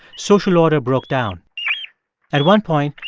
social order broke down at one point,